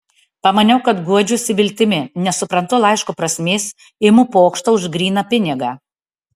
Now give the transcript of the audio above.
pamaniau kad guodžiuosi viltimi nesuprantu laiško prasmės imu pokštą už gryną pinigą